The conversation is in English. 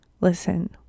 listen